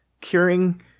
curing